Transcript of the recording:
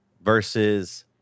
versus